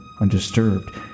undisturbed